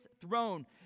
throne